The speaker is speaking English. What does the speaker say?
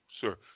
sir